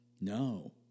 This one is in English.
No